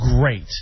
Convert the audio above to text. great